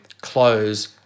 close